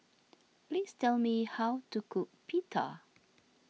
please tell me how to cook Pita